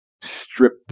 strip